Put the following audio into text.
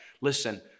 Listen